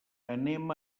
anem